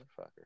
Motherfucker